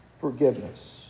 forgiveness